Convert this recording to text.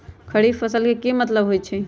खरीफ फसल के की मतलब होइ छइ?